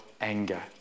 anger